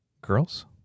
girls